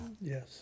yes